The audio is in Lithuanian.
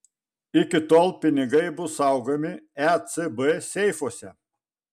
iki tol pinigai bus saugomi ecb seifuose